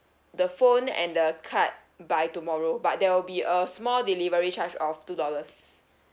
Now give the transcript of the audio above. the phone and the card by tomorrow but there will be a small delivery charge of two dollars